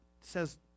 says